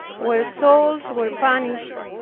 where souls were punished,